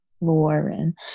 lauren